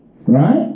Right